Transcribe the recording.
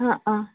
অঁ অঁ